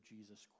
Jesus